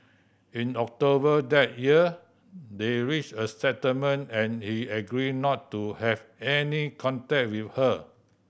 in October that year they reached a settlement and he agreed not to have any contact with her